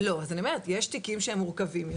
לא, אז אני אומרת, יש תיקים שהם מורכבים יותר,